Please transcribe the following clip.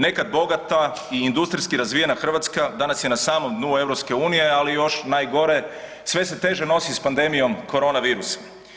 Nekad bogata i industrijski razvijena Hrvatska danas je na samom dnu EU, ali još najgore, sve se teže nosi s pandemijom korona virusa.